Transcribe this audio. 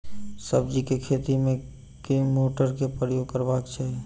सब्जी केँ खेती मे केँ मोटर केँ प्रयोग करबाक चाहि?